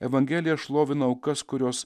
evangelija šlovina aukas kurios